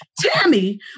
Tammy